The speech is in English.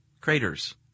Craters